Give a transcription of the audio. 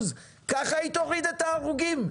ככה היא תוריד את ההרוגים?